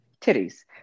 titties